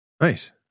Nice